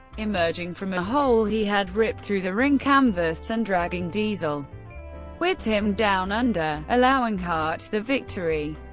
emerging from a hole he had ripped through the ring canvas and dragging diesel with him down under, allowing hart the victory.